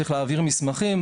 צריך להעביר מסמכים,